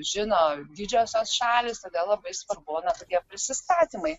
žino didžiosios šalys todėl labai svarbu na tokie prisistatymai